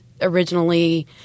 originally